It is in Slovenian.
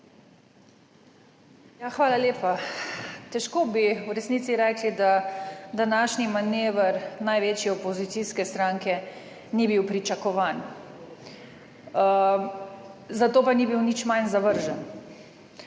Hvala lepa. Težko bi v resnici rekli, da današnji manever največje opozicijske stranke ni bil pričakovan, zato pa ni bil nič manj zavržen.